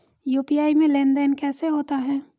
UPI में लेनदेन कैसे होता है?